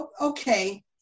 Okay